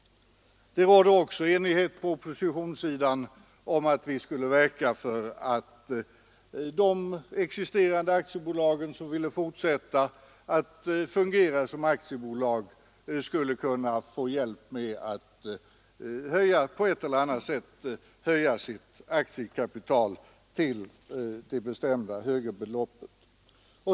Det rådde vidare enighet på oppositionssidan om att vi skulle verka för att de existerande aktiebolag, som ville fortsätta att fungera som aktiebolag, på ett eller annat sätt skulle få hjälp med att höja sitt kapital till det fastställda högre beloppet.